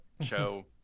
show